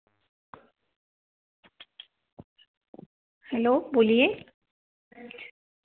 hello बोलिए